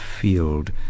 field